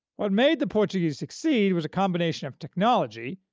what made the portuguese succeed was a combination of technology,